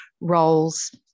roles